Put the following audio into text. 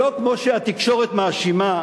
שלא כמו שהתקשורת מאשימה,